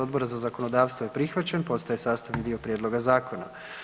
Odbora za zakonodavstvo je prihvaćen postaje sastavni dio prijedloga zakona.